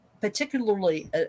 particularly